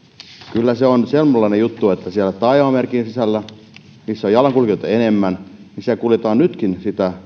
kyllä se on sellainen juttu että siellä taajamamerkin sisällä missä on jalankulkijoita enemmän niin siellä kuljetaan nytkin